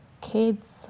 kids